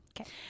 Okay